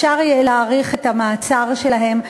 אפשר יהיה להאריך את המעצר שלהם,